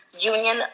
union